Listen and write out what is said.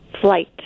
flight